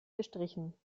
gestrichen